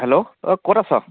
hello ঐ ক'ত আছ